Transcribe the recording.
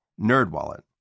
NerdWallet